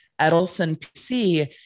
Edelson-PC